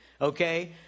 okay